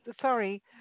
Sorry